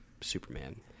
superman